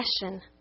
passion